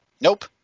Nope